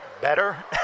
better